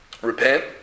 Repent